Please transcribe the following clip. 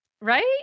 right